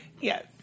Yes